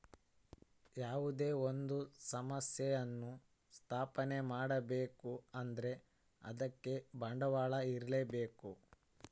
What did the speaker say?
ಯಾವುದೇ ಒಂದು ಸಂಸ್ಥೆಯನ್ನು ಸ್ಥಾಪನೆ ಮಾಡ್ಬೇಕು ಅಂದ್ರೆ ಅದಕ್ಕೆ ಬಂಡವಾಳ ಇರ್ಲೇಬೇಕು